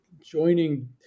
joining